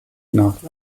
nach